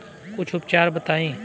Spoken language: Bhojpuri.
कुछ उपचार बताई?